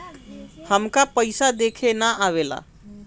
हमका पइसा देखे ना आवेला?